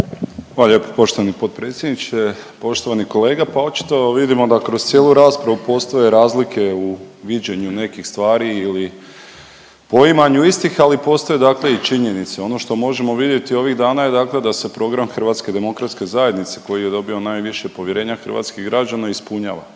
Hvala lijepo poštovani potpredsjedniče. Poštovani kolega, pa očito vidimo da kroz cijelu raspravu postoje razlike u viđenju nekih stvari ili poimanju istih, ali postoji dakle i činjenice. Ono što možemo vidjeti ovih dana da se program HDZ-a koji je dobio najviše povjerenja hrvatskih građana ispunjava.